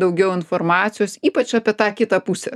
daugiau informacijos ypač apie tą kitą pusę